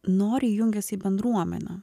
noriai jungiasi į bendruomenę